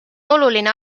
oluline